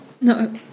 No